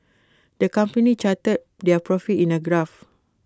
the company charted their profits in A graph